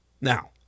Now